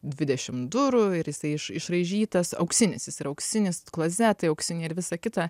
dvidešim durų ir jisai iš išraižytas auksinis jis yra auksinis klozetai auksiniai ir visa kita